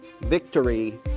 Victory